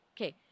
Okay